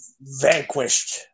vanquished